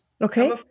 Okay